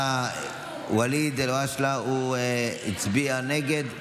ואליד אלהואשלה הצביע נגד,